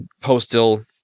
postal